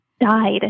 died